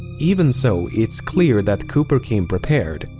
even so, it's clear that cooper came prepared.